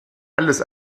alles